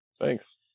Thanks